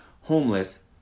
homeless